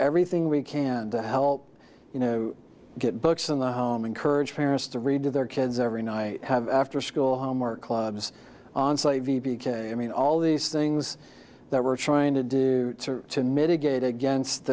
everything we can to help you know get books in the home encourage parents to read to their kids every night have after school homework clubs i mean all these things that we're trying to do to mitigate against